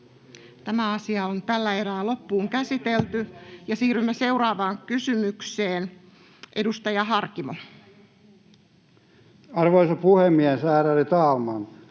aion tätä peräänkuuluttaa. Siirrymme seuraavaan kysymykseen. Edustaja Harkimo. Arvoisa puhemies, ärade talman!